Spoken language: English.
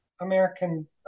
American